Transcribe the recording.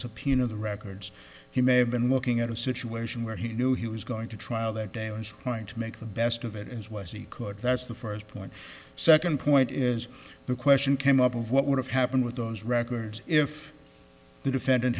subpoena the records he may have been looking at a situation where he knew he was going to trial that day and trying to make the best of it as well as he could that's the first point second point is the question came up of what would have happened with those records if the defendant